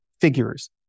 figures